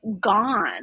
gone